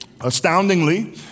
Astoundingly